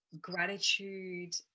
gratitude